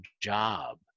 job